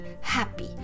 happy